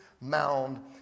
mound